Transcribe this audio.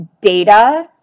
data